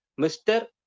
Mr